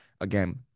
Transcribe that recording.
again